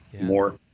more